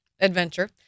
adventure